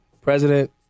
president